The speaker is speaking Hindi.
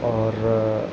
और